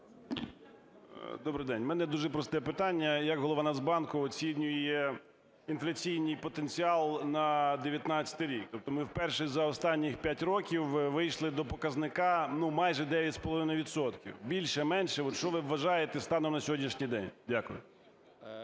Добрий день. У мене дуже просте питання. Як Голова Нацбанку оцінює інфляційний потенціал на 2019 рік? Тобто ми вперше за останніх 5 років вийшли до показника, ну, майже 9 з половиною відсотків. Більше-менше, от що ви вважаєте, станом на сьогоднішній день? Дякую.